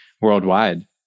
worldwide